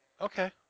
Okay